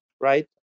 right